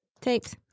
tapes